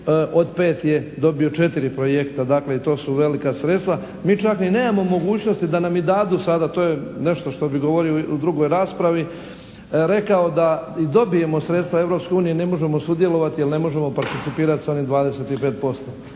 od pet je dobio četiri projekta, dakle i to su velika sredstva. Mi čak ni nemamo mogućnosti da nam i dadu sada. To je nešto što bi govorio u drugoj raspravi rekao da i dobijemo sredstva Europske unije ne možemo sudjelovati jer ne možemo participirati sa onim 25%.